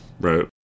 Right